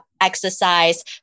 exercise